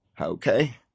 Okay